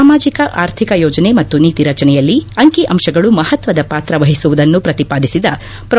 ಸಾಮಾಜಕ ಆರ್ಥಿಕ ಯೋಜನೆ ಮತ್ತು ನೀತಿ ರಚನೆಯಲ್ಲಿ ಅಂಕಿ ಅಂಶಗಳು ಮಹತ್ವದ ಪಾತ್ರ ವಹಿಸುವುದನ್ನು ಪ್ರತಿಪಾದಿಸಿದ ಪ್ರೊ